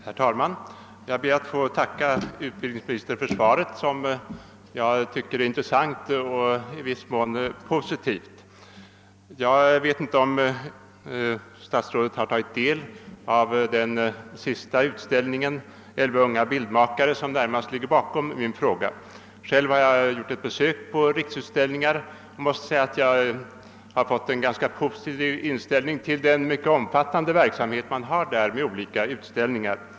Herr talman! Jag ber att få tacka utbildningsministern för svaret på min fråga. Jag tycker att det är intressant och i viss mån positivt. Jag vet inte om herr statsrådet har sett den utställning, 11 unga bildmakare, som närmast ligger bakom min fråga. Jag har gjort ett besök hos Riksutställningars lokaler och har fått en ganska positiv inställning till den verksamhet som där bedrivs genom olika utställningar.